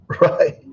right